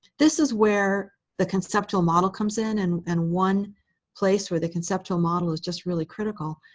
this is where the conceptual model comes in and and one place where the conceptual model is just really critical.